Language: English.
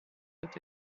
that